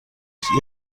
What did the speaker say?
ich